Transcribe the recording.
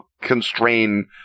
constrain